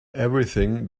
everything